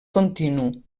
continu